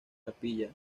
capilla